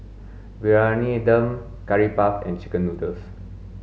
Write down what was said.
briyani dum curry puff and chicken noodles